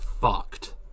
fucked